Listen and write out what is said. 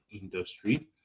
industry